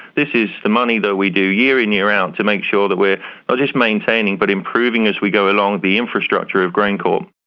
this is the money that we do year in, year out to make sure that we're not just maintaining but improving as we go along the infrastructure of graincorp.